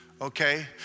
okay